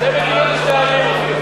שתי מדינות לשני עמים,